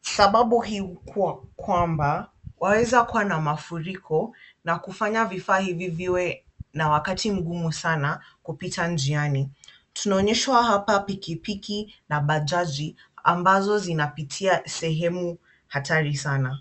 Sababu hii huwa kwamba, waweza kuwa na mafuriko na kufanya vifaa hivi viwe na wakati mgumu sana kupita njiani. Tunaonyeshwa hapa pikipiki na bajaji ambazo zinapitia sehemu hatari sana.